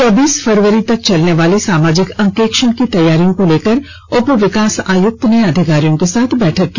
चौबीस फरवरी तक चलनेवाले सामाजिक अंकेक्षण की तैयारियों को लेकर उप विकास आयुक्त ने अधिकारियों के साथ बैठक की